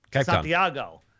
santiago